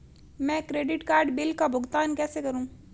मैं credit card bill का भुगतान कैसे करूं?